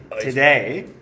today